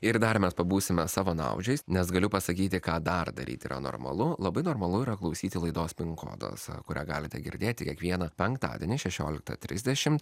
ir dar mes pabūsime savanaudžiais nes galiu pasakyti ką dar daryt yra normalu labai normalu yra klausyti laidos pin kodas kurią galite girdėti kiekvieną penktadienį šešioliktą trisdešim